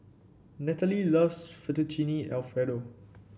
Nataly loves Fettuccine Alfredo